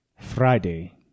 Friday